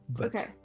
Okay